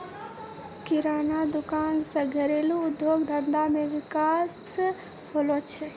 किराना दुकान से घरेलू उद्योग धंधा मे विकास होलो छै